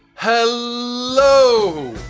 hello.